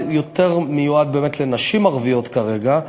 זה באמת מיועד יותר לנשים ערביות כרגע,